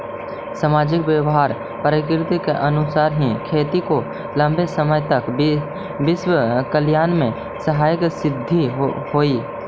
सामाजिक व्यवहार प्रकृति के अनुरूप ही खेती को लंबे समय तक विश्व कल्याण में सहायक सिद्ध होई